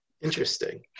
Interesting